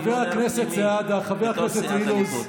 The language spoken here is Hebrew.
חבר הכנסת סעדה, חבר הכנסת אילוז,